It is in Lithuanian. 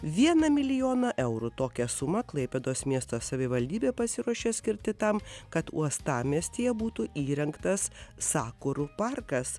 vieną milijoną eurų tokią sumą klaipėdos miesto savivaldybė pasiruošė skirti tam kad uostamiestyje būtų įrengtas sakurų parkas